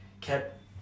kept